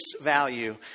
value